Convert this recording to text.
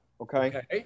Okay